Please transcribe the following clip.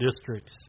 districts